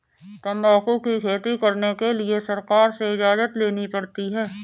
तंबाकू की खेती करने के लिए सरकार से इजाजत लेनी पड़ती है